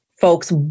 folks